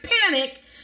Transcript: panic